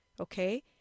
okay